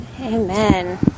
Amen